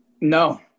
No